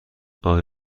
آیا